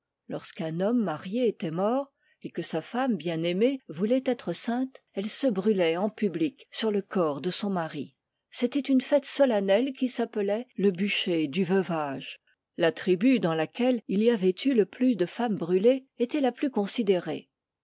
lorsqu'un homme marié était mort et que sa femme bien-aimée voulait être sainte elle se brûlait en public sur le corps de son mari c'était une fête solennelle qui s'appelait le bûcher du veuvage la tribu dans laquelle il y avait eu le plus de femmes brûlées était la plus considérée